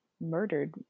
murdered